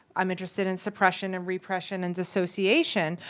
i'm interested in suppression and repression and dissociation.